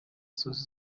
zose